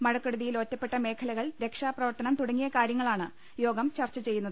മഴക്കെടുതിയിൽ ഒറ്റപ്പെട്ട മേഖലകൾ രക്ഷാപ്രവർത്തനം തുടങ്ങിയ കാര്യങ്ങളാണ് യോഗം ചർച്ച ചെയ്യുന്നത്